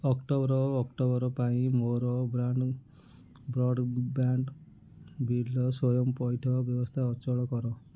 October ଓ October ପାଇଁ ମୋର ବ୍ରାଣ୍ଡ ବ୍ରଡ଼୍ବ୍ୟାଣ୍ଡ୍ ବିଲର ସ୍ଵୟଂ ପଇଠ ବ୍ୟବସ୍ଥା ଅଚଳ କର